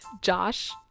josh